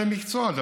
בעלי חיים,